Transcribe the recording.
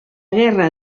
guerra